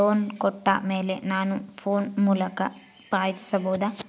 Loan ಕೊಟ್ಟ ಮೇಲೆ ನಾನು ಫೋನ್ ಮೂಲಕ ಪಾವತಿಸಬಹುದಾ?